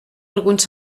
alguns